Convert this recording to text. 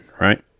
right